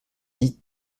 dix